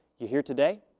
you're here today.